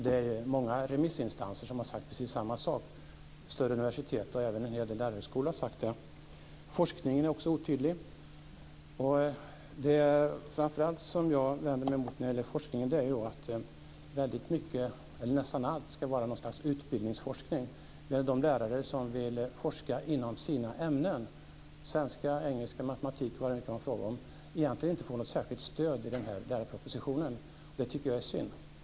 Det är många remissinstanser som har sagt precis samma sak. De större universiteten och även en hel del lärarhögskolor har sagt det. Forskningen är också otydlig. Det jag framför allt vänder mig mot när det gäller forskningen är att nästan allt ska vara något slags utbildningsforskning. De lärare som vill forska inom sina ämnen - svenska, engelska, matematik eller vad det kan vara fråga om - egentligen inte får något stöd i den här lärarpropositionen. Det tycker jag är synd.